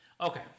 Okay